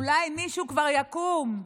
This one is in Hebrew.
אולי מישהו כבר יקום.